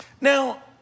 Now